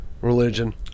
religion